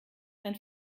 ein